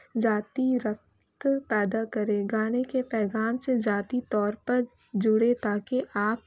ذاتی رقت پیدا کرے گانے کے پیغام سے ذاتی طور پر جڑے تاکہ آپ